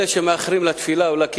בדרך כלל אלה שמאחרים לתפילה או לכיתה,